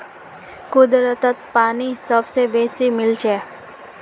कुदरतत पानी सबस बेसी बेमेल छेक